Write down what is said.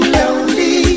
lonely